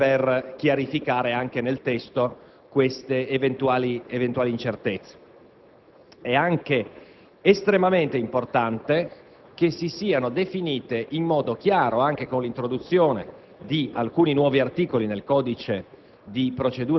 misure per chiarificare anche nel testo queste eventuali incertezze. È anche estremamente importante che si siano definite in modo chiaro, anche con l'introduzione di alcuni nuovi articoli nel codice